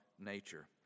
nature